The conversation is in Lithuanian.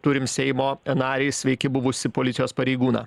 turim seimo narį sveiki buvusį policijos pareigūną